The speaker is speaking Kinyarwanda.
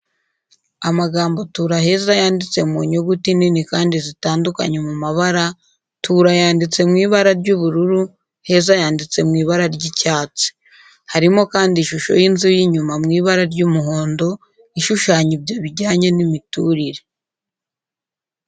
Amagambo tura heza yanditse mu nyuguti nini kandi zitandukanye mu mabara tura yanditse mu ibara rya ubururu, heza yanditse mu ibara rya icyatsi. Harimo kandi ishusho y’inzu y’inyuma mu ibara ry’umuhondo, ishushanya ibyo bijyanye n’imiturire.